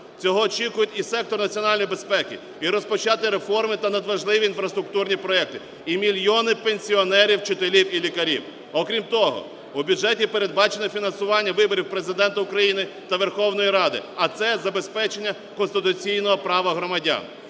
Цього очікують і сектор національної безпеки, і розпочаті реформи та надважливі інфраструктурні проекти, і мільйони пенсіонерів, вчителів і лікарів. Окрім того, у бюджеті передбачено фінансування виборів Президента України та Верховної Ради, а це забезпечення конституційного права громадян.